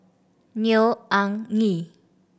Neo Anngee